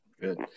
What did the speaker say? Good